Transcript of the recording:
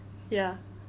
ya